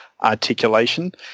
articulation